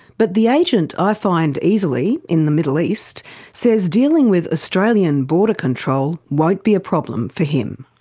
but the agent i find easily in the middle east says dealing with australian border control won't be a problem for him.